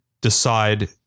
decide